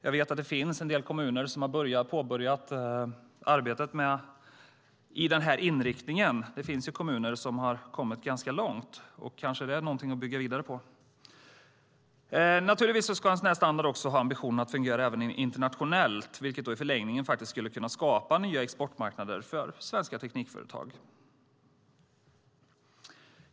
Jag vet att det finns en del kommuner som har påbörjat arbete med denna inriktning och att en del kommuner har kommit ganska långt. Det är kanske någonting att bygga vidare på. Naturligtvis ska en sådan standard ha ambitionen att fungera även internationellt, vilket i förlängningen faktiskt skulle kunna skapa nya exportmarknader för svenska teknikföretag.